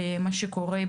לעובדים.